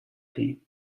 team